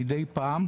ומידי פעם,